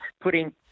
putting